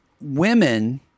women